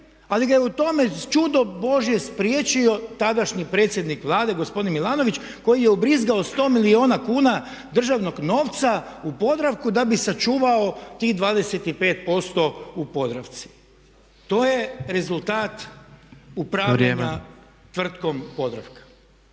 ali ga je u tome čudo Božje spriječio tadašnji predsjednik Vlade gospodin Milanović koji je ubrizgao 100 milijuna kuna državnog novca u Podravku da bi sačuvao tih 25% u Podravci. To je rezultat upravljanja tvrtkom Podravka.